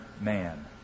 man